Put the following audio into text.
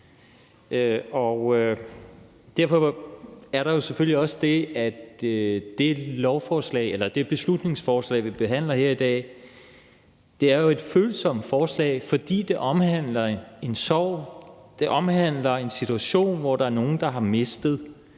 Der er selvfølgelig også det, at det beslutningsforslag, vi behandler her i dag, jo er et følsomt forslag, fordi det omhandler en sorg og omhandler en situation,